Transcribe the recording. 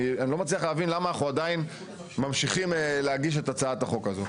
לא מצליח להבין למה אנחנו עדיין ממשיכים להגיש את הצעת החוק הזו.